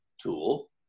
tool